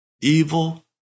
evil